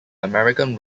american